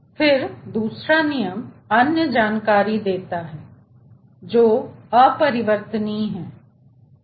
फिर दूसरा नियम अन्य जानकारी देता है जो अपरिवर्तनीय है